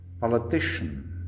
politician